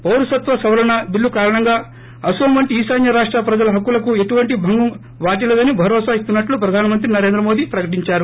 పౌరసత్వ సవరణ బిల్లు కారణంగా అసోం వంటి ఈశాన్య రాష్ట ప్రజల హక్కులకు ఎటువంటి భంగం వాటిల్లదని భరోసా ఇస్తున్నట్లు ప్రధానమంత్రి నరేంద్ర మోదీ ప్రకటించారు